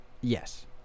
Yes